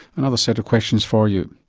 another set of questions for you.